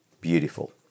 Beautiful